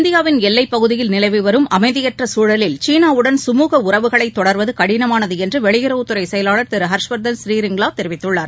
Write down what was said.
இந்தியாவின் எல்வைப்பகுதியில் நிலவிவரும் அமைதியற்ற சூழலில் சீனாவுடன் சுமுக உறவுகளை தொடர்வது கடினமானது என்று வெளியுறவுத்துறை செயலாளர் திரு ஹர்ஷ்வர்தன் ஸ்ரீரிங்வா தெரிவித்துள்ளார்